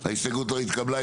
0 ההסתייגות לא התקבלה.